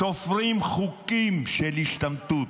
תופרים חוקים של השתמטות.